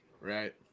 Right